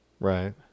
Right